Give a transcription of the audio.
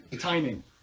timing